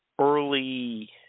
early